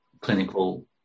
clinical